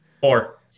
four